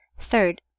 Third